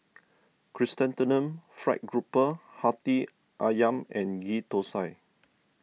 Chrysanthemum Fried Grouper Hati Ayam and Ghee Thosai